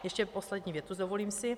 Ještě poslední větu, dovolím si.